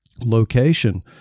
location